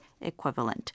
equivalent